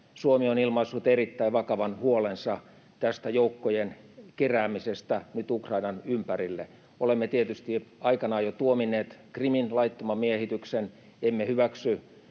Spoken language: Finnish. Suomi on ilmaissut erittäin vakavan huolensa tästä joukkojen keräämisestä nyt Ukrainan ympärille. Olemme tietysti aikanaan jo tuominneet Krimin laittoman miehityksen. Emme hyväksy